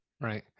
Right